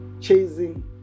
chasing